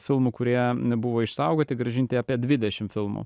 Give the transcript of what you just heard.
filmų kurie buvo išsaugoti grąžinti apie dvidešim filmų